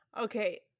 okay